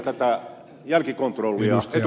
arvoisa herra puhemies